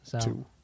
Two